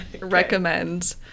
recommend